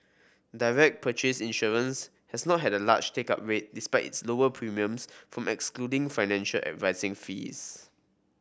direct purchase insurance has not had a large take up rate despite its lower premiums from excluding financial advising fees